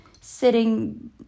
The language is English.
sitting